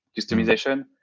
customization